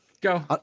Go